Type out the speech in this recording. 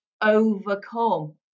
overcome